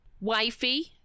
Wifey